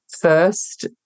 first